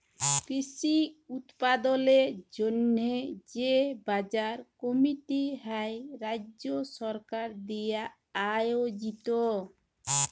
কৃষি উৎপাদলের জন্হে যে বাজার কমিটি হ্যয় রাজ্য সরকার দিয়া আয়জিত